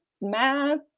math